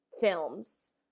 films